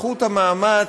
בזכות המאמץ,